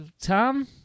Tom